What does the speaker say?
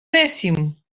décimo